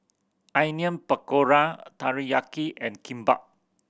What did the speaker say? Onion Pakora Teriyaki and Kimbap